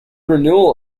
renewal